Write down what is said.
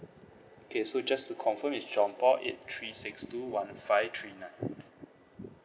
okay so just to confirm it's john paul eight three six two one five three nine